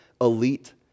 elite